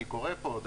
אני קורא פה,